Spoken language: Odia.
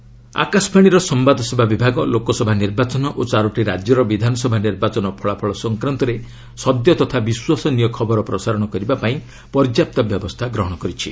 ଏଆଇଆର୍ ଆକାଶବାଣୀର ସମ୍ଭାଦ ସେବା ବିଭାଗ ଲୋକସଭା ନିର୍ବାଚନ ଓ ଚାରୋଟି ରାଜ୍ୟର ବିଧାନସଭା ନିର୍ବାଚନ ଫଳାଫଳ ସଂକ୍ରାନ୍ତରେ ସଦ୍ୟ ତଥା ବିଶ୍ୱସନୀୟ ଖବର ପ୍ରସାରଣ କରିବା ପାଇଁ ପର୍ଯ୍ୟାପ୍ତ ବ୍ୟବସ୍ଥା ଗ୍ରହଣ କରିଛି